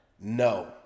No